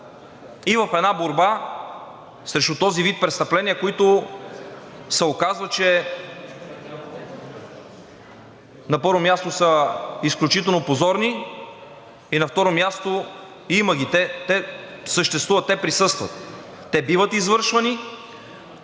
В една борба срещу този вид престъпления, която се оказва, на първо място, че са изключително позорни, и на второ място, има ги – те съществуват, те присъстват, биват извършвани